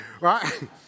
Right